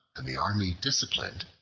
and the army disciplined,